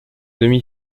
demi